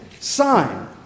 sign